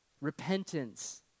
Repentance